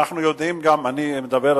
אני מדבר,